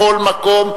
בכל מקום,